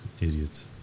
idiots